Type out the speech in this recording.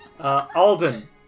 Alden